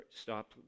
stop